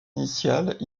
initiales